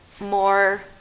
more